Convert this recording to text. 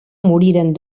moriren